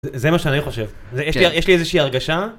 זה מה שאני חושב, יש לי איזושהי הרגשה.